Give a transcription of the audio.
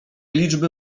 liczby